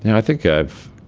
i think i've